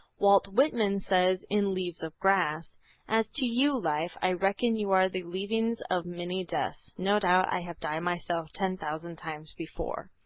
walt whitman says in leaves of grass as to you, life, i reckon you are the leavings of many deaths, no doubt i have died myself ten thousand times before.